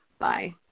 Bye